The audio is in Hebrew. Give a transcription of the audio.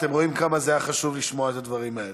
אתם רואים כמה זה היה חשוב לשמוע את הדברים האלה.